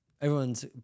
everyone's